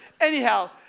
Anyhow